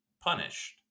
punished